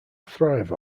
thrive